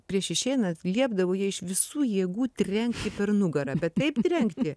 prieš išeinant liepdavo jai iš visų jėgų trenkti per nugarą bet taip trenkti